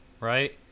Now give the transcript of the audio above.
Right